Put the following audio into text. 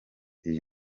iyi